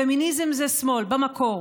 פמיניזם זה שמאל, במקור.